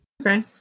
Okay